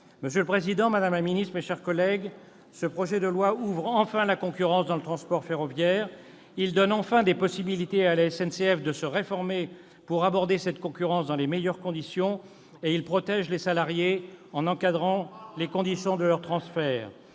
Monsieur le président, madame la ministre, mes chers collègues, ce projet de loi crée enfin les conditions de la concurrence dans le transport ferroviaire. Il donne enfin la possibilité à la SNCF de se réformer pour aborder cette concurrence dans les meilleures conditions et protège les salariés en encadrant les conditions de leur transfert.